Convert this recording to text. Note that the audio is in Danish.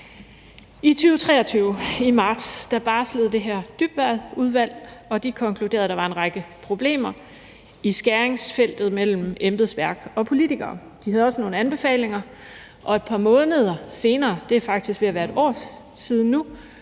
2023 barslede det her Dybvadudvalg, og de konkluderede, at der var en række problemer i skæringsfeltet mellem embedsværk og politikere. De havde også nogle anbefalinger, og et par måneder senere – det er faktisk ved at være et år siden nu